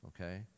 okay